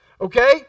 Okay